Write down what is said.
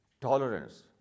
tolerance